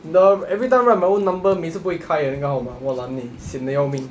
the everytime right my own number 每次不会开的那个号码 walan eh sian 得要命